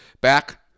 back